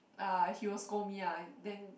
ah he will scold me ah then